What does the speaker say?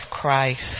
Christ